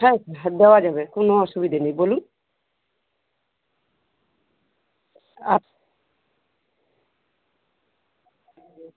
হ্যাঁ হ্যাঁ দেওয়া যাবে কোনো অসুবিধে নেই বলুন আ